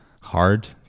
hard